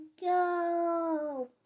go